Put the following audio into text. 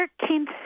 13th